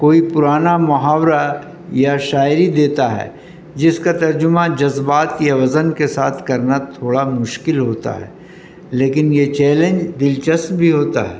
کوئی پرانا محاورہ یا شاعری دیتا ہے جس کا ترجمہ جذبات کی وزن کے ساتھ کرنا تھوڑا مشکل ہوتا ہے لیکن یہ چیلنج دلچسپ بھی ہوتا ہے